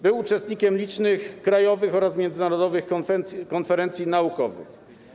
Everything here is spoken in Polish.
Był uczestnikiem licznych krajowych oraz międzynarodowych konferencji naukowych.